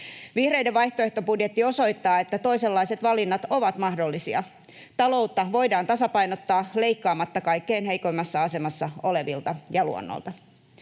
Vihreiden vaihtoehtobudjetti osoittaa, että toisenlaiset valinnat ovat mahdollisia. Taloutta voidaan tasapainottaa leikkaamatta kaikkein heikoimmassa asemassa olevilta ja luonnolta.